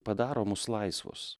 padaro mus laisvus